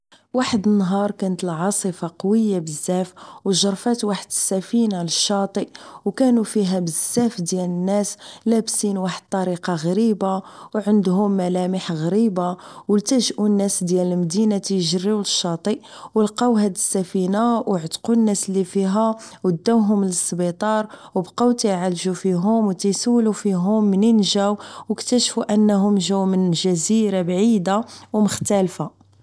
واحد النهار كانت العاصفة قوية بزاف و جرفات واحد السفينة للشاطئ و كانو فيها بزاف ديال الناس لابسين واحد الطريقة غريبة و عندهم ملامح غريبة و لتجؤو الناس ديال المدينة كيجريو للشاطئ و لقاو هاد السفينة و عتقو الناس اللي فيها وداوهم للسبيتار و بقاو وتيعالجو فيهم و كيسولو فيهم منين جاو و كتاشفو انهم جاو من جزيرة بعيدة و مختلفة